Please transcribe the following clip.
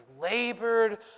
labored